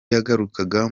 yagarukaga